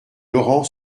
laurent